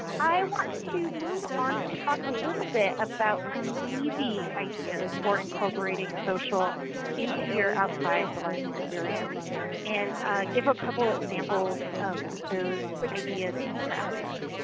i want to move on to talk a little bit about some easy ideas for incorporating social into your outside the lines experience and give a couple of examples of those ideas in practice.